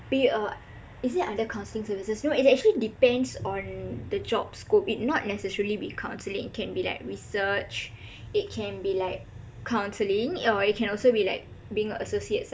eh uh is it actually under counselling services no it's actually depends on the jobscope not necessarily be counselling it can be like research it can be like counselling or it also can be like being associates